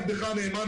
עבדך הנאמן,